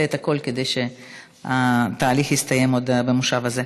את הכול כדי שהתהליך יסתיים עוד במושב הזה.